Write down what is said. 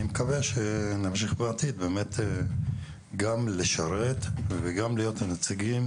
אני מקווה שנמשיך בעתיד גם לשרת וגם להיות הנציגים